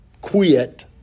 quit